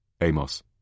Amos